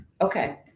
Okay